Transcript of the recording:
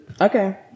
okay